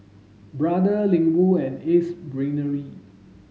Brother Ling Wu and Ace Brainery